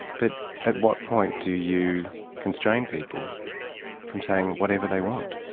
but at what point do you constrain people from saying whatever they want?